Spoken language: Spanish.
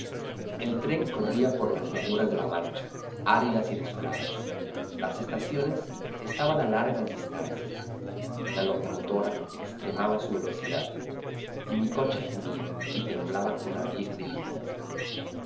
el tren corría por las llanuras de la mancha áridas y desoladas las estaciones estaban a largas distancias la locomotora extremaba su velocidad y mi coche gemía y temblaba como una vieja diligencia